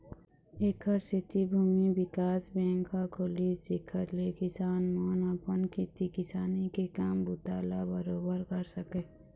ऐखर सेती भूमि बिकास बेंक ह खुलिस जेखर ले किसान मन अपन खेती किसानी के काम बूता ल बरोबर कर सकय